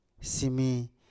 simi